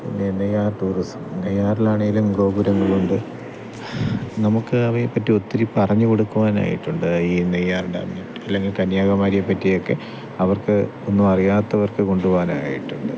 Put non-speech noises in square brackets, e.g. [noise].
Neyyar tourism നെയ്യാറിലാണേലും ഗോപുരങ്ങളുണ്ട് നമുക്ക് അവയെപ്പറ്റി ഒത്തിരി പറഞ്ഞു കൊടുക്കുവാനായിട്ടുണ്ട് ഈ നെയ്യാർ [unintelligible] അല്ലെങ്കിൽ കന്യാകുമാരിയൊക്കെ അവർക്ക് ഒന്നും അറിയാത്തവർക്ക് കൊണ്ട് പോകാനായിട്ട്